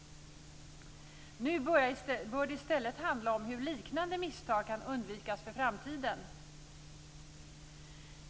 Nu bör det i stället handla om hur liknande misstag kan undvikas i framtiden.